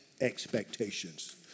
expectations